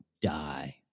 die